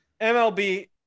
MLB